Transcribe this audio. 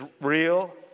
real